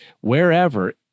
wherever